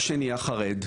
או שנהיה חרד,